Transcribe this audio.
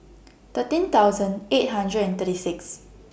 thirteen thousand eight hundred and thirty six